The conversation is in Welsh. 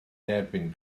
derbyn